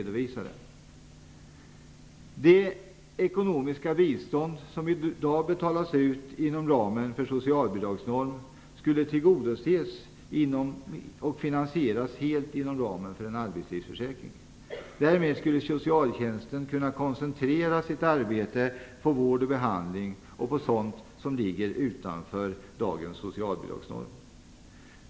Det ekonomiska bistånd som i dag betalas ut inom ramen för socialbidragsnormen skulle tillgodoses och finansieras helt inom ramen för en arbetslivsförsäkring. Därmed skulle socialtjänsten kunna koncentrera sitt arbete på vård och behandling och på sådant som ligger utanför dagens socialbidragsnorm.